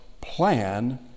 plan